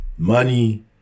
Money